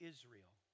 Israel